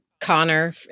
Connor